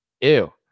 ew